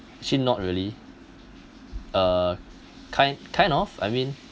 actually not really uh kind kind of I mean